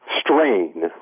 strain